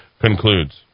concludes